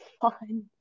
fun